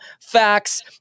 facts